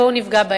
בואו נפגע בהם.